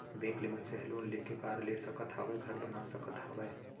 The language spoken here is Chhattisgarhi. बेंक ले मनसे ह लोन लेके कार ले सकत हावय, घर बना सकत हावय